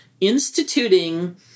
instituting